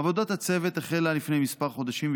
עבודת הצוות החלה לפני כמה חודשים,